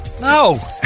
No